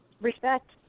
Respect